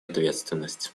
ответственность